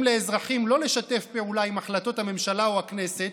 לאזרחים לא לשתף פעולה עם החלטות הממשלה או הכנסת,